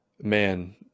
man